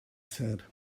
said